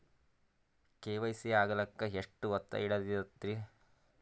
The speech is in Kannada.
ಕೆ.ವೈ.ಸಿ ಆಗಲಕ್ಕ ಎಷ್ಟ ಹೊತ್ತ ಹಿಡತದ್ರಿ?